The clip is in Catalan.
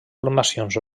formacions